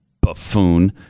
buffoon